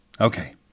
Okay